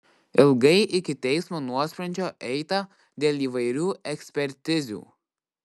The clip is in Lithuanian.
ilgai iki teismo nuosprendžio eita dėl įvairių ekspertizių